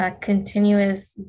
continuous